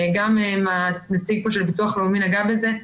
גם הנציג של ביטוח לאומי נגע בזה,